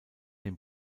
den